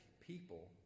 people